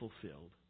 fulfilled